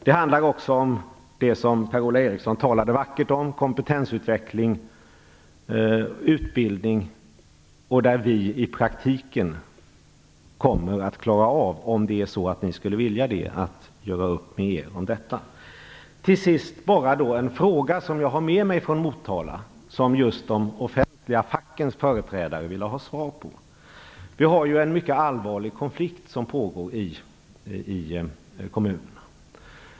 Det handlar också om det som Per-Ola Eriksson talade vackert om, dvs. kompetensutveckling och utbildning. Vi kommer i praktiken att klara av att göra upp med er om detta, om ni skulle vilja det. Slutligen har jag från Motala med mig en fråga, som just de offentliga fackens företrädare ville ha svar på, med anledning av att det ju pågår en mycket allvarlig konflikt i kommunerna.